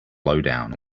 lowdown